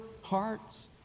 hearts